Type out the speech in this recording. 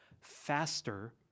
faster